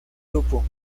grupo